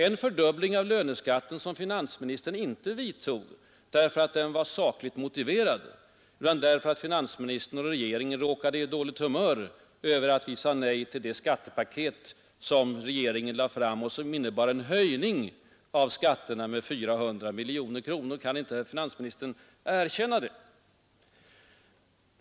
En fördubbling som finansministern inte vidtog därför att den var sakligt motiverad utan därför att finansministern och regeringen råkade bli på dåligt humör över att vi sade nej till det skattepaket som de lade fram och som innebar en höjning av skatterna med 400 miljoner kronor — kan inte finansministern erkänna det?